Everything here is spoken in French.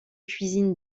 cuisines